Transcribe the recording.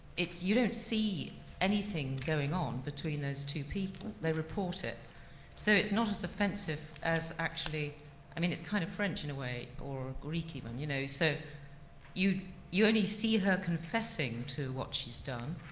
you don't see anything going on between those two people, they report it so it's not as offensive as actually i mean it's kind of french in a way or a greek even you know so you you only see her confessing to what she's done.